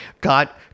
got